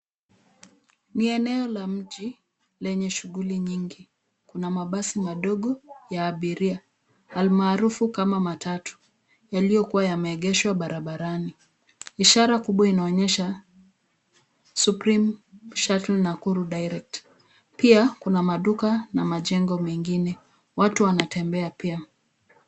Ni eneo la mji lenye shughuli nyingi. Kuna mabasi madogo ya abiria almaarufu kama matatu yaliyokuwa yameegeshwa barabarani. Ishara kubwa inaonyesha Supreme Shuttle Nakuru Direct. Pia kuna duka na majengo mengine. Watu wanatembea pia.